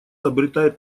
обретает